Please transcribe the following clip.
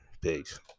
peace